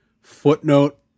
footnote